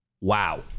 wow